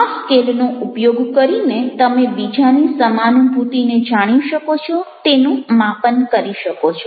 આ સ્કેલનો ઉપયોગ કરીને તમે બીજાની સમાનુભૂતિને જાણી શકો છો તેનું માપન કરી શકો છો